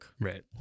Right